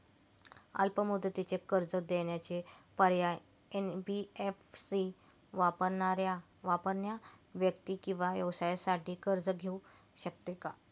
अल्प मुदतीचे कर्ज देण्याचे पर्याय, एन.बी.एफ.सी वापरणाऱ्या व्यक्ती किंवा व्यवसायांसाठी कर्ज घेऊ शकते का?